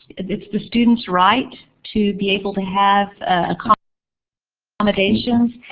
and it's the students' right to be able to have ah kind of accommodations.